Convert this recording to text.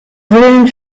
willen